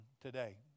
today